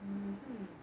mmhmm